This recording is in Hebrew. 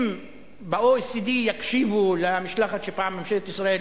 אם ב-OECD יקשיבו למשלחת שפעם ממשלת ישראל